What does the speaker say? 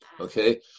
Okay